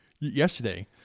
yesterday